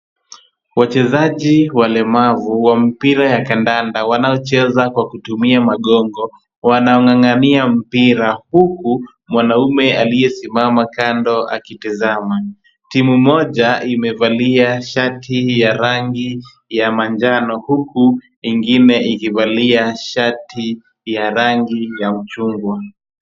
Wachezaji walemavu wa mpira wa kandanda wanaocheza kwa kutumia magongo, wanang'ang'ania mpira huku mwanaume aliyesimama kando akitizama. Timu moja imevalia shati ya rangi ya manjano, huku ingine ikivalia shati ya rangi ya uchungwa.